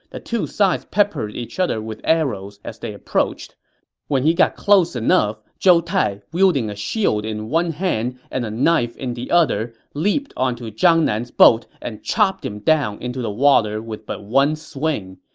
the two sides peppered each other with arrows as they approached when they got close enough, zhou tai, wielding a shield in one hand and a knife in the other, leaped onto zhang nan's boat and chopped him down into the water with but one swing.